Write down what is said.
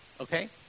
Okay